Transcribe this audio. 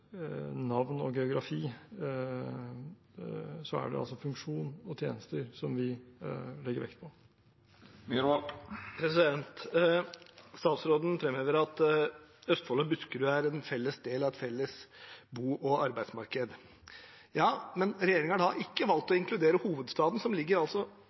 navn og geografi. Det er altså funksjon og tjenester vi legger vekt på. Statsråden framhever at Østfold og Buskerud er en del av et felles bo- og arbeidsmarked, men regjeringen har ikke valgt å inkludere hovedstaden, som ligger